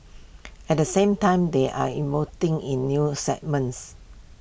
at the same time they are in new segments